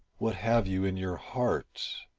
what have you in your heart.